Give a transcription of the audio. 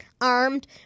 armed